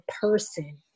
person